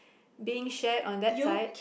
being shared on that site